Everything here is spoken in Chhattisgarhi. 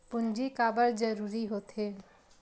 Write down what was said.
पूंजी का बार जरूरी हो थे?